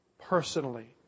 personally